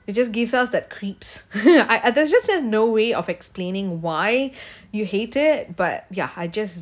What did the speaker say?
it just gives us that creeps I I there's just there's no way of explaining why you hate it but ya I just